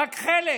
רק בחלק,